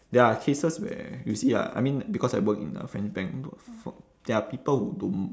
there are cases where you see ah I mean because I work in a french bank for there are people who don't